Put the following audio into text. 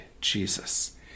Jesus